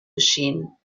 geschehen